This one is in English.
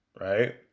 Right